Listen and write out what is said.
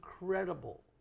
incredible